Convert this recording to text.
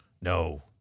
No